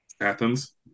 Athens